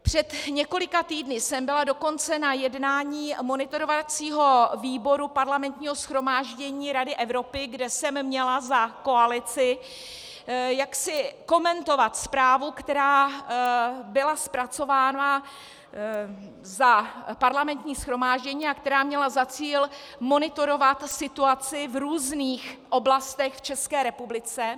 Před několika týdny jsme byla dokonce na jednání monitorovacího výboru Parlamentního shromáždění Rady Evropy, kde jsem měla za koalici komentovat zprávu, která byla zpracována za Parlamentní shromáždění a která měla za cíl monitorovat situaci v různých oblastech v České republice.